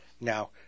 Now